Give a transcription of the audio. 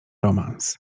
romans